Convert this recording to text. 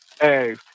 Hey